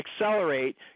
accelerate